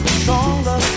stronger